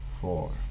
Four